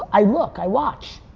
i look, i watch.